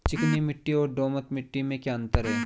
चिकनी मिट्टी और दोमट मिट्टी में क्या अंतर है?